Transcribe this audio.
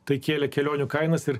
tai kėlė kelionių kainas ir